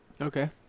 Okay